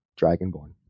dragonborn